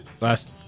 last